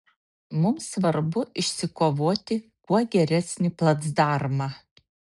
mums svarbu išsikovoti kuo geresnį placdarmą